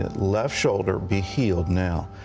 and left shoulder, be healed now.